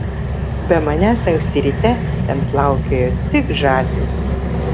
be manęs anksti ryte ten plaukiojo tik žąsys